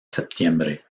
septiembre